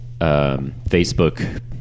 Facebook